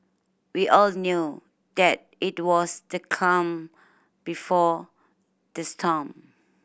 we all knew that it was the calm before the storm